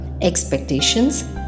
expectations